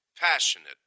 passionate